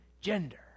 gender